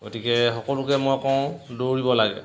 গতিকে সকলোকে মই কওঁ দৌৰিব লাগে